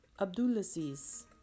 Abdulaziz